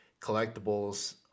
collectibles